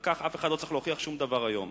על כך אף אחד לא צריך להוכיח שום דבר היום.